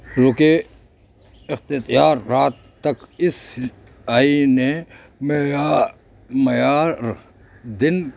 روکے اختیار رات تک اس آئی نے معیار معیار دن